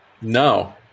No